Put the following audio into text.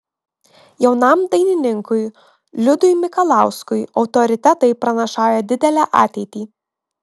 jaunam dainininkui liudui mikalauskui autoritetai pranašauja didelę ateitį